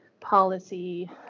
policy